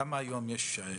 כמה היום יש?